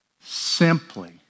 Simply